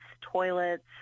toilets